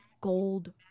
gold